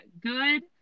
Good